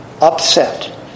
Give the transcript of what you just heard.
upset